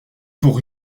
pour